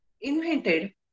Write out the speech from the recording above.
invented